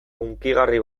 hunkigarri